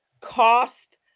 cost